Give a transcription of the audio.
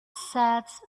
sets